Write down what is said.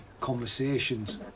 conversations